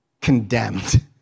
condemned